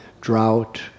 drought